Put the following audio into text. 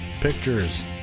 Pictures